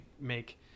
make